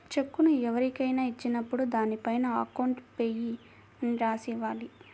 చెక్కును ఎవరికైనా ఇచ్చినప్పుడు దానిపైన అకౌంట్ పేయీ అని రాసి ఇవ్వాలి